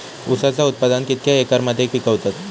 ऊसाचा उत्पादन कितक्या एकर मध्ये पिकवतत?